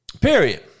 period